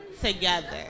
together